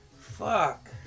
fuck